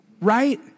Right